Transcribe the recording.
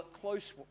close